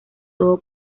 todo